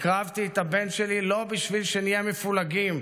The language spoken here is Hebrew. "הקרבתי את הבן שלי לא בשביל שנהיה מפולגים.